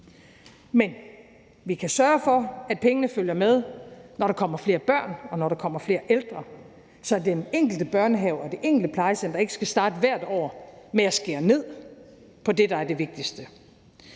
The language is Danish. Men vi kan sørge for, at pengene følger med, når der kommer flere børn, og når der kommer flere ældre, så den enkelte børnehave og det enkelte plejecenter ikke skal starte hvert år med at skære ned på det, der er det vigtigste.